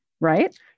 Right